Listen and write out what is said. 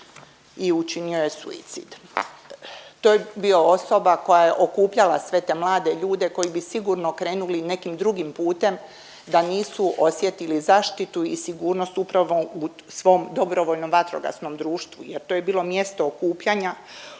i učinio je suicid. To je bio osoba koja je okupljala sve te mlade ljude koji bi sigurno krenuli nekim drugim putem da nisu osjetili zaštitu i sigurnost upravo u svom DVD-u jer to je bilo mjesto okupljanja